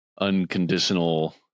unconditional